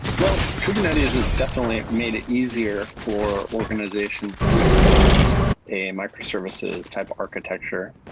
well, kubernetes is definitely made it easier for organizations to adapt a microservices type architecture.